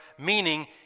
meaning